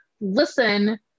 listen